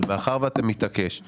אבל מאחר ואתה מתעקש אני